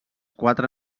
quatre